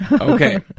Okay